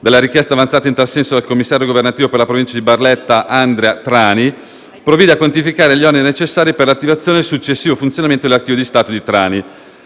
della richiesta avanzata in tal senso dal commissario governativo per la Provincia di Barletta-Andria-Trani, provvide a quantificare gli oneri necessari per l'attivazione e il successivo funzionamento dell'Archivio di Stato di Trani,